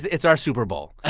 it's our super bowl ah